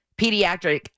Pediatric